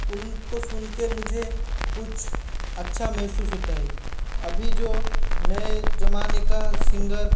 उनको सुनके मुझे कुछ अच्छा महसूस होता है अभी जो नए जमाने का सिंगर